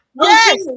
Yes